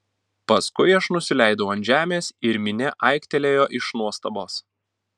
paskui aš nusileidau ant žemės ir minia aiktelėjo iš nuostabos